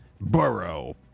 Burrow